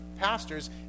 pastors